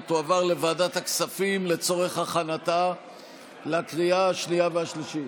ותועבר לוועדת הכספים לצורך הכנתה לקריאה השנייה והשלישית.